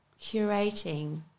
curating